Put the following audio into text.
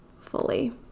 fully